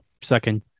second